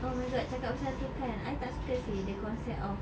oh my god cakap pasal tu kan I tak suka seh the concept of